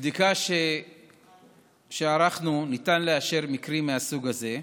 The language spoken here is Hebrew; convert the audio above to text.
מבדיקה שערכנו, ניתן לאשר מקרים מהסוג הזה.